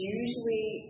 usually